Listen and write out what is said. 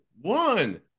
one